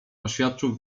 oświadczył